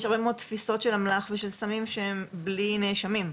יש הרבה מאוד תפיסות של אמל"ח ושל סמים שהם בלי נאשמים.